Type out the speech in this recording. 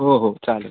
हो हो चालेल